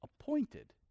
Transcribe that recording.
appointed